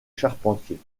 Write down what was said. charpentiers